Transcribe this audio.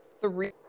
three